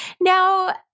Now